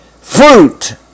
fruit